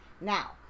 Now